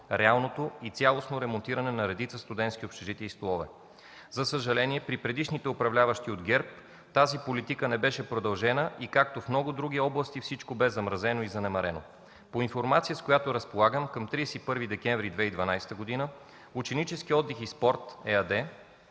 реалното и цялостно ремонтиране на редица студентски общежития и столове. За съжаление, при предишните управляващи от ГЕРБ тази политика не беше продължена и както в много други области всичко бе замразено и занемарено. По информация, с която разполагам, към 31 декември 2012 г. „Ученически отдих и спорт” ЕАД